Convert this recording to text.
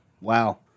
Wow